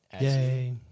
yay